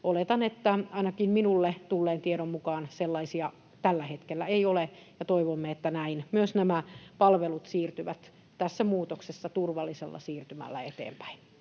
Oletan, ja ainakin minulle tulleen tiedon mukaan sellaisia tällä hetkellä ei ole, ja toivomme, että näin myös nämä palvelut siirtyvät tässä muutoksessa turvallisella siirtymällä eteenpäin.